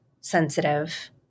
sensitive